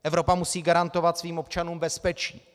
Evropa musí garantovat svým občanům bezpečí.